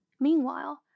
Meanwhile